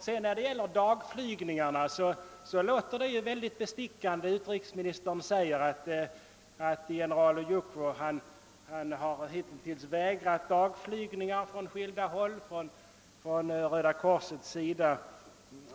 Då det sedan gäller dagflygningarna, så låter det ju mycket bestickande när utrikesministern säger att general Ojukwu hittills vägrat dagflygningar från skilda håll — t.ex. från Röda korsets sida.